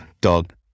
dog